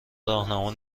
راهنما